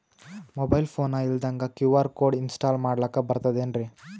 Mobile phone ಇಲ್ದಂಗ QR code install ಮಾಡ್ಲಕ ಬರ್ತದೇನ್ರಿ?